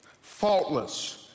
faultless